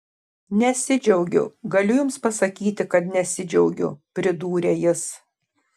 nesidžiaugiu galiu jums pasakyti kad nesidžiaugiu pridūrė jis